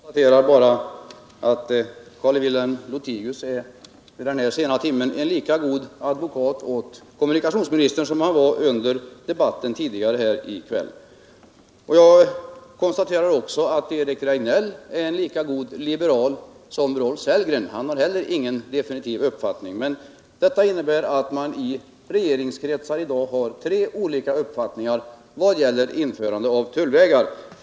Herr talman! Jag konstaterar bara att Carl-Wilhelm Lothigius vid denna sena timme är en lika god advokat åt kommunikationsministern som han var under debatten tidigare i kväll. Jag konstaterar också att Eric Rejdnell är en lika god liberal som Rolf Sellgren. Han har heller ingen definitiv uppfattning. Detta innebär att man i regeringskretsar i dag har tre olika uppfattningar vad gäller införande av tullvägar.